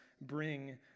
bring